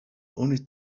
only